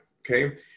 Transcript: Okay